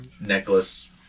necklace